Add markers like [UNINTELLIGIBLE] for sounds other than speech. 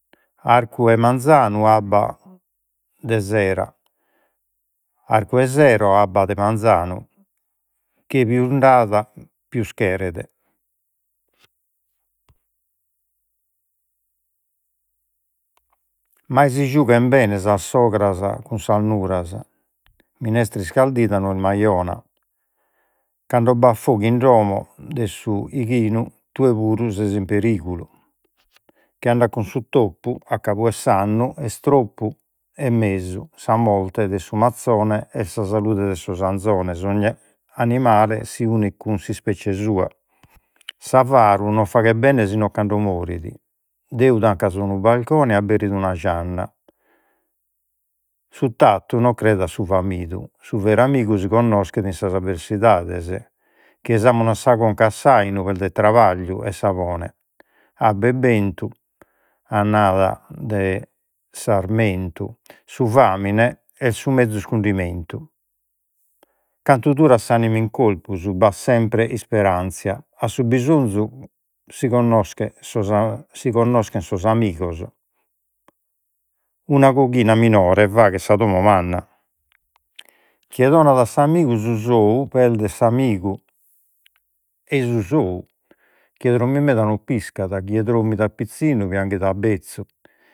Arcu 'e manzanu, abba de sera, arcu 'e sero, abba de manzanu, chie pius nd'at, pius cheret. [HESITATION] mai si giuchen bene sa sogras cun sas nuras, minestra iscardida non est mai bona, cando b'at fogu in domo [HESITATION] 'ighinu, tue puru ses in perigulu, chie andat cun su toppu, a cabu ad s'annu est toppu e mesu. Sa morte de su mazzone est sa salude de sos anzones [HESITATION] animale si unit cun s'ispecie sua, s'avaru non faghet bene si non cando morit. Deus tancat unu balcone et aberit una gianna, su tattu non creet ad su famidu, su veru amigu si connoschet in sas avversidades, chie [UNINTELLIGIBLE] sa conca a s'ainu, perdet trabagliu e sapone. Abba e bentu [HESITATION] sarmentu, su famine est su mezus cundimentu, cantu durat s'anima in corpus, b'at semper isperanzia. A su bisonzu si [HESITATION] si connoschen sos [HESITATION] si connoschen sos amigos. Una coghina minore faghet sa domo manna, chie donat a s'amigu su sou perdet s'amigu ei su sou, chie drommit meda [UNINTELLIGIBLE] chie drommit a pizzinnu, pianghet a bezzu.